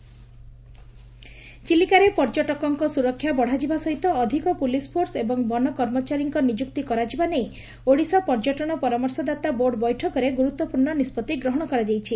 ଚିଲିକାରେ ବଢିବ ପର୍ଯ୍ୟଟକଙ୍କ ସୁରକ୍ଷା ଚିଲିକାରେ ପର୍ଯ୍ୟଟକଙ୍କ ସୁରକ୍ଷା ବଢ଼ାଯିବ ସହିତ ଅଧିକ ପୁଲିସ ଫୋର୍ସ ଏବଂ ବନ କର୍ମଚାରୀ ନିଯୁକ୍ତ କରାଯିବା ନେଇ ଓଡ଼ିଶା ପର୍ଯ୍ୟଟନ ପରାମର୍ଶଦାତା ବୋର୍ଡ ବୈଠକରେ ଗୁରୁତ୍ୱପୂର୍ଣ୍ ନିଷ୍ବଉି ଗ୍ରହଣ କରାଯାଇଛି